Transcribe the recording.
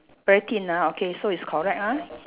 very thin ah okay so it's correct ah